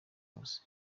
hose